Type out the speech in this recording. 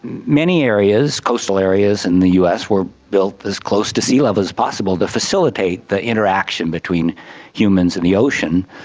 many areas, coastal areas in the us, were built as close to sea level as possible to facilitate the interaction between humans and the ocean.